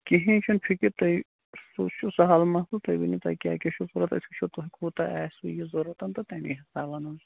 کِہیٖنٛۍ چھُنہٕ فِکر تُہۍ سُہ چھُ سہل مَسلہٕ تُہۍ ؤنِو تۄہہِ کیٛاہ کیٛاہ چھُ ضروٗرت أسۍ وُچھو تۄہہِ کوٗتاہ آسِوٕ یہٕ ضروٗرت تہٕ تَمی حِسابہٕ وَنو